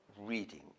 reading